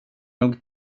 nog